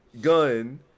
gun